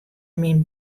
myn